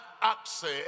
access